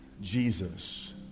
Jesus